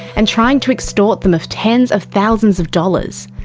and trying to extort them of tens of thousands of dollars.